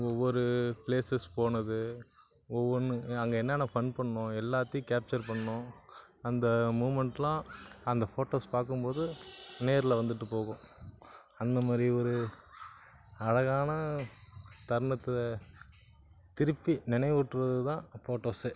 ஒவ்வொரு ப்ளேஸஸ் போனது ஒவ்வொன்று அங்கே என்னென்ன ஃபண் பண்ணிணோம் எல்லாத்தையும் கேப்ச்சர் பண்ணிணோம் அந்த மூமண்ட்லாம் அந்த ஃபோட்டோஸ் பார்க்கும் போது நேரில் வந்துகிட்டு போகும் அந்த மாதிரி ஒரு அழகான தருணத்தை திருப்பி நினைவூட்டிறது தான் ஃபோட்டோஸே